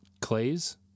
Clays